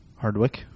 Hardwick